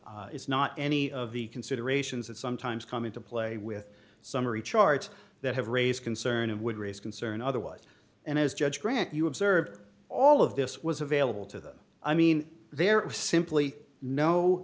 it's not any of the considerations that sometimes come into play with summary charts that have raised concern and would raise concern otherwise and as judge grant you observed all of this was available to them i mean there was simply no